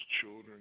children